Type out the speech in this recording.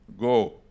go